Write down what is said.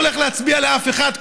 אני לא הולך להצביע לאף אחד,